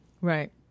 right